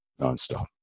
nonstop